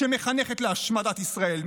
שמחנכת להשמדת ישראל,